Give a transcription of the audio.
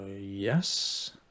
yes